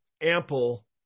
ample